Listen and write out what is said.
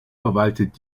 verwaltet